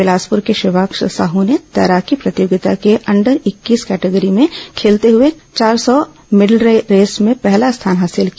बिलासपुर के शिवाक्ष साहू ने तैराकी प्रतियोगिता के अंडर इक्कीस केटेगिरी में खेलते हुए चार सौ मिडले रेस में पहला स्थान हासिल किया